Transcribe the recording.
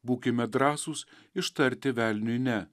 būkime drąsūs ištarti velniui ne